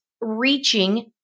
reaching